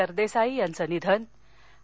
सरदेसाई यांचं निधन आणि